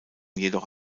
jedoch